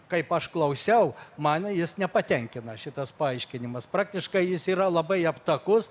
kaip aš klausiau man jis nepatenkina šitas paaiškinimas praktiškai jis yra labai aptakus